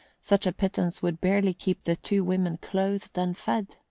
such a pittance would barely keep the two women clothed and fed.